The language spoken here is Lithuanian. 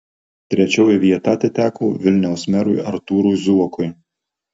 trečioji vieta atiteko vilniaus merui artūrui zuokui